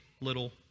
little